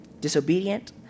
disobedient